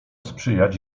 sprzyjać